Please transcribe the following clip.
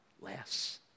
less